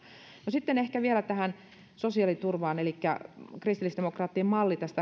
sitten ehkä vielä tähän sosiaaliturvaan elikkä kristillisdemokraattien malli